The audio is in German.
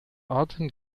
arten